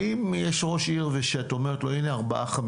האם יש ראש עיר שאת אומרת לו הנה 4,000,000,